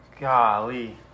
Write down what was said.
golly